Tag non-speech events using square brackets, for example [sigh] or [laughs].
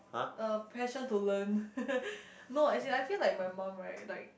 uh pressure to learn [laughs] no as in I feel like my mum right like